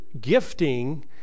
gifting